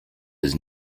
has